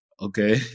okay